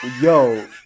Yo